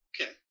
Okay